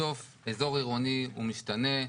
בסוף אזור עירוני הוא משתנה.